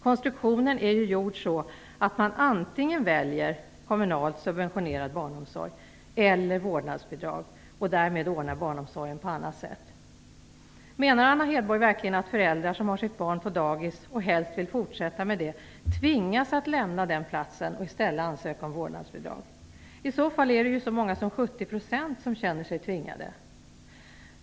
Konstruktionen är ju gjord så att man antingen väljer kommunalt subventionerad barnomsorg eller vårdnadsbidrag och därmed ordnar barnomsorgen på annat sätt. Menar Anna Hedborg verkligen att föräldrar som har sitt barn på dagis och helst vill fortsätta med det tvingas lämna den platsen och i stället ansöka om vårdnadsbidrag? I så fall är det en så stor andel som 70 % som känner sig tvingade.